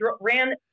ran